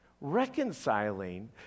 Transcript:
reconciling